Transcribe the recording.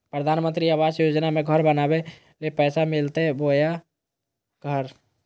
प्रधानमंत्री आवास योजना में घर बनावे ले पैसा मिलते बोया घर?